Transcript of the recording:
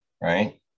right